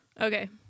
Okay